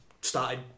started